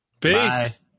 Peace